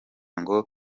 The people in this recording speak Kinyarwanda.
ngo